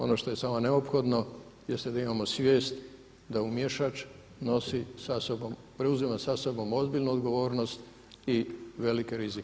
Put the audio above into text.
Ono što je samo neophodno jeste da imamo svijest da umješač nosi sa sobom preuzima sa sobom ozbiljnu odgovornost i velike rizike.